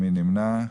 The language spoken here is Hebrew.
מי נמנע?